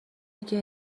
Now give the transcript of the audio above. یکی